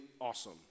awesome